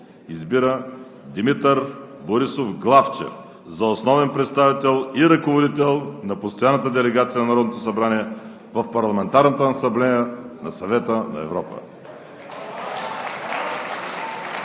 Избира Димитър Борисов Главчев за основен представител и ръководител на Постоянната делегация на Народното събрание в Парламентарната асамблея на Съвета на Европа.“